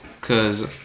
Cause